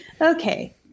okay